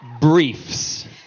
briefs